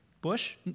Bush